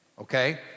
okay